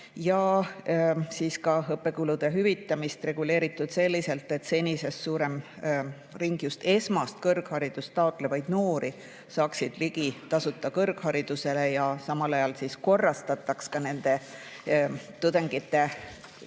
ja ka õppekulude hüvitamist on reguleeritud selliselt, et senisest suurem ring just esmast kõrgharidust taotlevaid noori saaks ligi tasuta kõrgharidusele ja samal ajal korrastataks ka tudengite